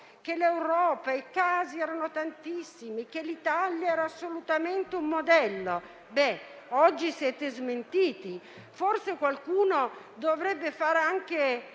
che in Europa i casi erano tantissimi e che l'Italia era assolutamente un modello. Colleghi, oggi siete smentiti e forse qualcuno dovrebbe anche